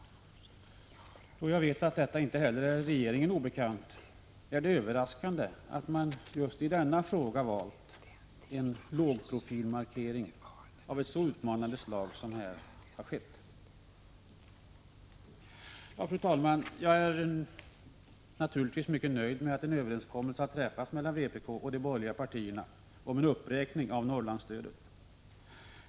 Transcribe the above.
Då jag vet att detta inte heller är regeringen obekant, är det överraskande att man just i denna fråga valt en lågprofilmarkering av ett så utmanande slag som här har skett. Fru talman! Jag är naturligtvis mycket nöjd med att en överenskommelse har träffats mellan vpk och de borgerliga partierna om en uppräkning av Norrlandsstödet.